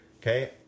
okay